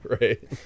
Right